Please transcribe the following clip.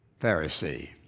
Pharisee